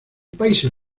países